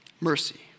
mercy